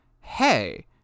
Hey